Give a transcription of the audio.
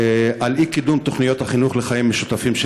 על אי-קידום תוכניות החינוך לחיים משותפים של